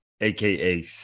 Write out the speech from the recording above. aka